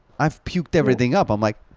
i've puked everything up. i'm like,